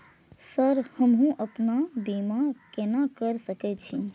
Sir हमू अपना बीमा केना कर सके छी?